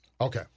Okay